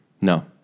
No